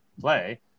play